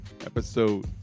episode